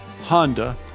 Honda